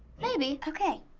maybe. okay,